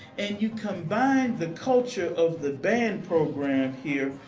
and you combine the culture of the band program here,